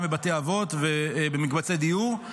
גם בבתי אבות ובמקבצי דיור,